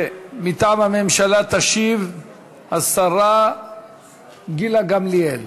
מטעם הממשלה תשיב השרה גילה גמליאל,